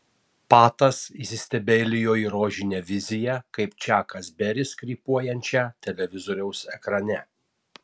patas įsistebeilijo į rožinę viziją kaip čakas beris krypuojančią televizoriaus ekrane